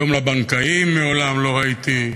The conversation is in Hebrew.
יום לבנקאים מעולם לא ראיתי,